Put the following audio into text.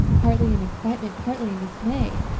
partly in excitement, partly in dismay.